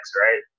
right